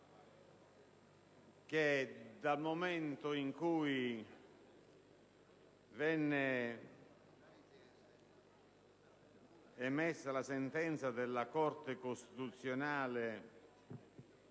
che, dal momento in cui venne emessa la sentenza della Corte costituzionale